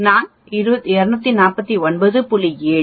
நான் என்ன சூத்திரத்தை வைக்கிறேன்